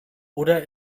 oder